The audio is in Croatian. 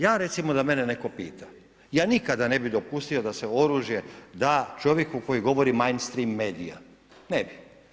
Ja recimo da mene netko pita, ja nikada ne bi dopustio da se oružje da čovjeka koji govori … medija, ne bi.